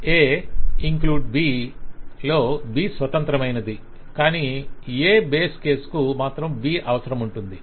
Aఇంక్లూడ్ B లో B స్వతంత్రమైనది కానీ A బేస్ కేసుకు మాత్రం B అవసరముంటుంది